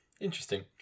Interesting